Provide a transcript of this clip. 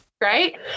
Right